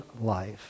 life